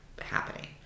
happening